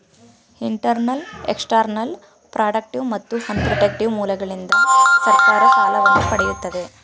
internal, external, productive ಮತ್ತು unprotective ಮೂಲಗಳಿಂದ ಸರ್ಕಾರ ಸಾಲವನ್ನು ಪಡೆಯುತ್ತದೆ